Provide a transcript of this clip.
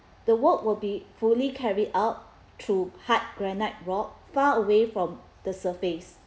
the work will be fully carried out through hard granite rock far away from the surface